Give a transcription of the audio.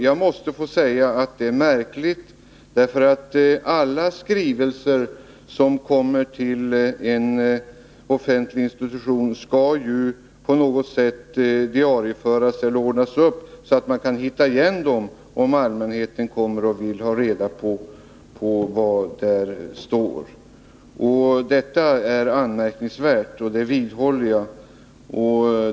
Jag måste få säga att det är märkligt, eftersom alla skrivelser som kommer till en offentlig institution skall diarieföras eller ordnas på ett sådant sätt att man kan hitta dem, om allmänheten vill ha reda på vad där står. Jag vidhåller att detta är anmärkningsvärt.